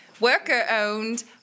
worker-owned